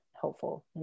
helpful